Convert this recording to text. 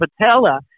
patella